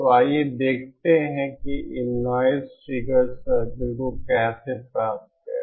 तो आइए देखते हैं कि इन नॉइज़ फिगर सर्कल को कैसे प्राप्त करें